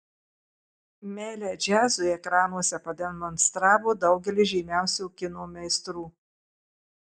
meilę džiazui ekranuose pademonstravo daugelis žymiausių kino meistrų